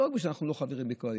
לא בגלל שאנחנו לא חברים בקואליציה,